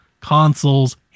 consoles